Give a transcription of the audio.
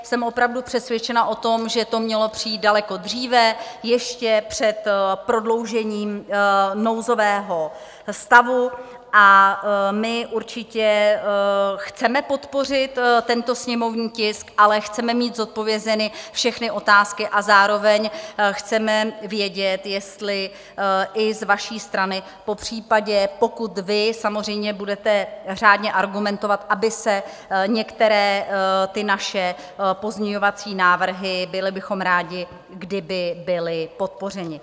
Jsem opravdu přesvědčena o tom, že to mělo přijít daleko dříve, ještě před prodloužením nouzového stavu, a my určitě chceme podpořit tento sněmovní tisk, ale chceme mít zodpovězeny všechny otázky, a zároveň chceme vědět, jestli i z vaší strany, popřípadě pokud vy samozřejmě budete řádně argumentovat, aby se některé naše pozměňovací návrhy, byli bychom rádi, kdyby byly podpořeny.